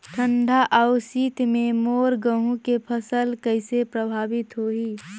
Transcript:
ठंडा अउ शीत मे मोर गहूं के फसल कइसे प्रभावित होही?